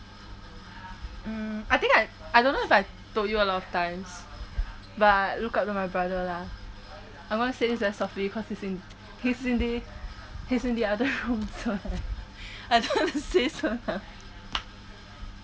mm I think I I don't know if I told you a lot of times but I look up to my brother lah I'm gonna say this as softly cause he's in he's in the he's in the other room so I don't want to say so